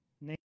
Name